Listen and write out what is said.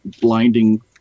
blinding